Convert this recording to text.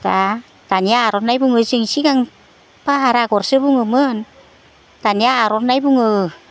दा दानिया आर'नाइबो बुङो जों सिगां पाहार आगरसो बुङोमोन दानिया आर'नाइ बुङो